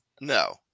No